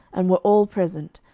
and were all present,